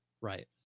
Right